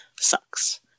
sucks